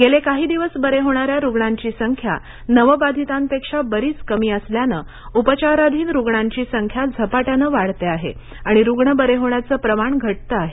गेले काही दिवस बरे होणार्या रुग्णांची संख्या नवबाधितांपेक्षा बरीच कमी असल्यानं उपचाराधीन रुग्णांची संख्या झपाट्यानं वाढते आहे आणि रुग्ण बरे होण्याचं प्रमाण घटतं आहे